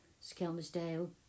Skelmersdale